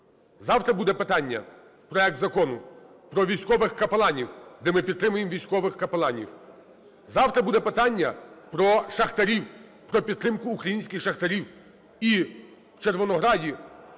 Завтра буде питання, проект Закону про військових капеланів, де ми підтримуємо військових капеланів. Завтра буде питання про шахтарів, про підтримку українських шахтарів